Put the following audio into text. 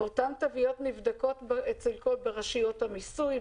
ואותן תוויות נבדקות ברשויות המיסוי,